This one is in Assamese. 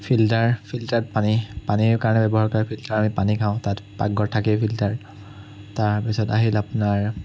ফিল্টাৰ ফিল্টাৰত পানী পানীৰ কাৰণে ব্যৱহাৰ কৰা হয় ফিল্টাৰত আমি পানী খাওঁ তাত পাকঘৰত থাকেই ফিল্টাৰ তাৰপিছত আহিল আপোনাৰ